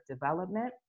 development